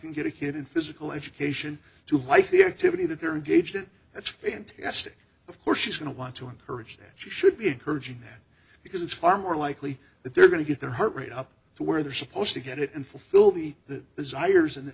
can get a kid in physical education to like the activity that they're engaged in that's fantastic of course she's going to want to encourage that she should be encouraging that because it's far more likely that they're going to get their heart rate up to where they're supposed to get it and fulfill the the desires and